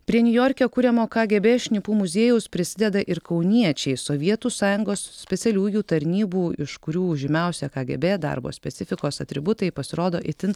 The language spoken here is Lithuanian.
prie niujorke kuriamo kagėbė šnipų muziejaus prisideda ir kauniečiai sovietų sąjungos specialiųjų tarnybų iš kurių žymiausi kagėbė darbo specifikos atributai pasirodo itin